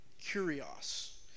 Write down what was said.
Curios